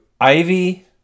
Ivy